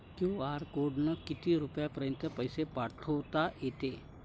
QR कोडनं किती रुपयापर्यंत पैसे पाठोता येते?